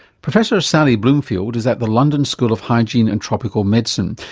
professor sally bloomfield is at the london school of hygiene and tropical medicine.